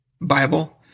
Bible